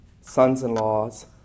sons-in-laws